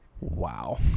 Wow